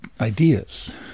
ideas